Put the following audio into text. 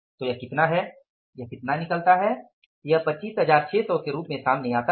तो यह कितना है यह कितना निकलता है यह 25600 के रूप में सामने आता है